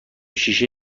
شیشه